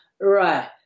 Right